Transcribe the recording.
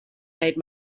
made